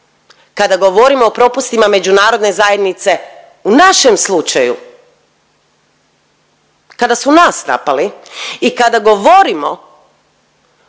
kada govorimo o propustima Međunarodne zajednice u našem slučaju, kada su nas napali i kada govorimo